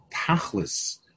tachlis